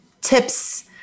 tips